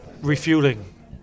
refueling